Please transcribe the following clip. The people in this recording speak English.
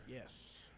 Yes